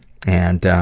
and,